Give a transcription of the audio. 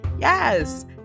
Yes